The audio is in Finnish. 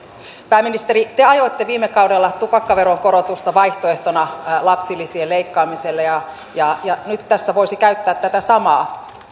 pääministeri te ajoitte viime kaudella tupakkaveron korotusta vaihtoehtona lapsilisien leikkaamiselle ja ja nyt tässä voisi käyttää tätä samaa